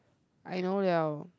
I know [liao]